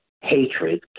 hatred